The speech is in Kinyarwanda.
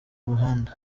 muhanda